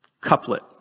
couplet